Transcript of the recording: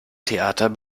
theater